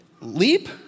leap